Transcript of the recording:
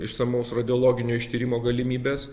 išsamaus radiologinio ištyrimo galimybės